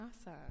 awesome